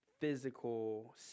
physical